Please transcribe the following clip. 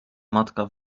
matka